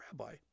rabbi